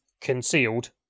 concealed